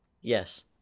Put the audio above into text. Yes